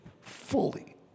fully